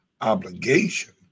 obligation